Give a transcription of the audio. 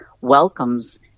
welcomes